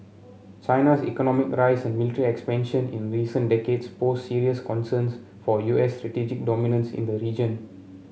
China's economic rise and military expansion in recent decades pose serious concerns for U S strategic dominance in the region